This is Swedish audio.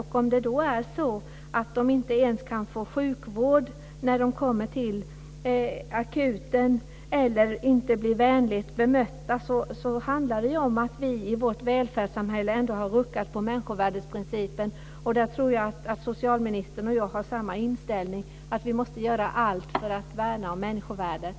Och om de då inte ens kan få sjukvård när de kommer till akuten eller inte blir vänligt bemötta så handlar det ju om att vi i vårt välfärdssamhälle ändå har ruckat på människovärdesprincipen. Jag tror att socialministern och jag har samma inställning, att vi måste göra allt för att värna om människovärdet.